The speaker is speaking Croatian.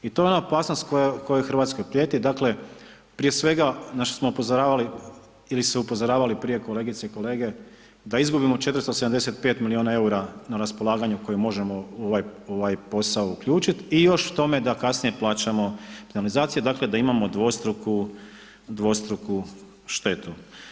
I to je ona opasnost koja Hrvatskoj prijeti, dakle prije svega na što smo upozoravali ili su upozoravali prije kolegice i kolege da izgubimo 475 miliona EUR-a na raspolaganju koje možemo u ovaj posao uključit i još k tome da kasnije plaćamo penalizacije dakle da imamo dvostruku, dvostruku štetu.